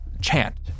chant